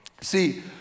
See